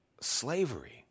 slavery